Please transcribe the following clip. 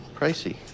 pricey